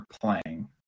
playing